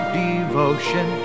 devotion